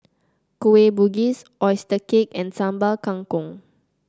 Kueh Bugis oyster cake and Sambal Kangkong